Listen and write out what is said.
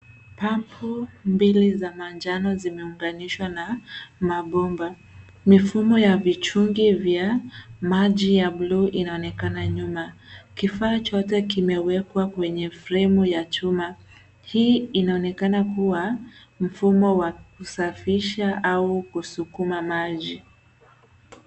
Pump mbili za manjano zimeunganishwa na mabomba mifumo ya vichungi vya maji ya bluu inaonekana nyuma kifaa chote kimewekwa kwenye fremu ya chuma hii inaonekana kuwa mfumo wa kusafisha au kusukuma maji.